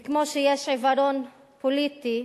וכמו שיש עיוורון פוליטי,